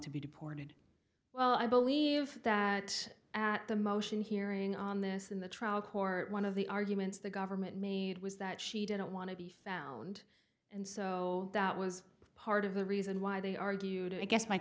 to be deported well i believe that at the motion hearing on this in the trial court one of the arguments the government made was that she didn't want to be found and so that was part of the reason why they argued